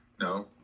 No